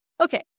Okay